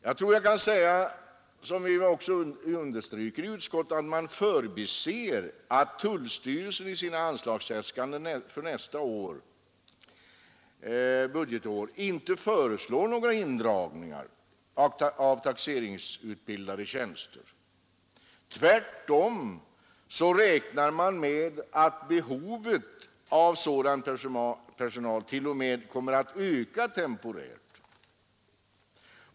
Jag tror jag kan säga, som vi också understryker i utskottet, att man förbiser att tullstyrelsen i sina anslagsäskanden för nästa budgetår inte föreslår några indragningar av tjänster för taxeringsutbildad personal. Tvärtom räknar man med att behovet av sådan personal t.o.m. kommer att öka temporärt.